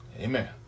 Amen